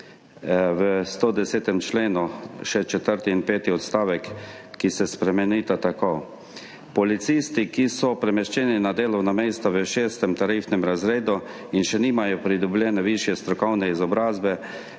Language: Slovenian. v 110. členu še četrti in peti odstavek, ki se spremenita tako: »Policisti, ki so premeščeni na delovna mesta v VI. tarifnem razredu in še nimajo pridobljene višje strokovne izobrazbe,